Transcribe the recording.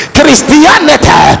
Christianity